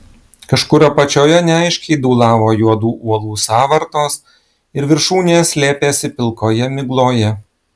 kažkur apačioje neaiškiai dūlavo juodų uolų sąvartos ir viršūnės slėpėsi pilkoje migloje